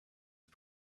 had